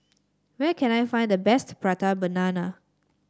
where can I find the best Prata Banana